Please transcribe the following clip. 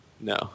No